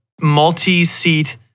multi-seat